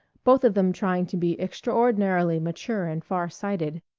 both of them trying to be extraordinarily mature and far-sighted.